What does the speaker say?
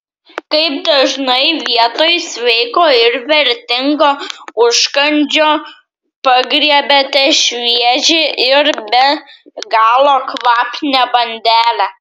kaip dažnai vietoj sveiko ir vertingo užkandžio pagriebiate šviežią ir be galo kvapnią bandelę